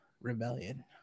rebellion